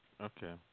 Okay